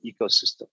ecosystem